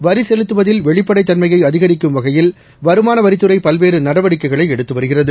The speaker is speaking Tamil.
வரிசெலுத்துவதில் வெளிப்படைத் தன்மையைஅதிகரிக்கும் வகையில் வருமானவரித்துறைபல்வேறுநடவடிக்கைகளைஎடுத்துவருகிறது